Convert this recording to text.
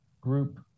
group